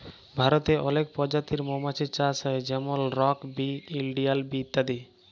ভারতে অলেক পজাতির মমাছির চাষ হ্যয় যেমল রক বি, ইলডিয়াল বি ইত্যাদি